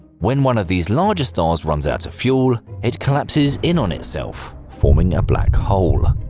when one of these larger stars runs out of fuel, it collapses in on itself, forming a black hole.